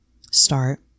start